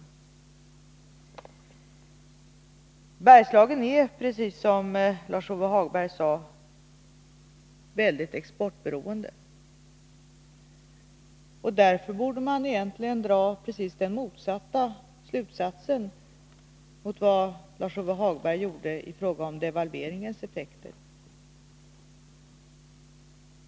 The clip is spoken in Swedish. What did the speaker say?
Bergslagen är, precis som Lars-Ove Hagberg sade, mycket exportberoende. Därför borde man egentligen dra precis den motsatta slutsatsen mot vad Lars-Ove Hagberg gjorde i fråga om devalveringens effekter.